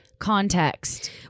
context